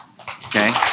okay